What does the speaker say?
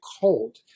cold